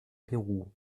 peru